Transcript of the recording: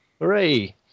Hooray